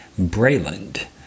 Brayland